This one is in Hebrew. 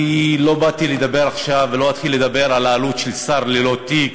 אני לא באתי לדבר עכשיו ולא אתחיל לדבר על העלות של שר ללא תיק,